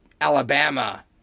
Alabama